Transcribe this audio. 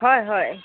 হয় হয়